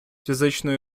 фізичної